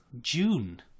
June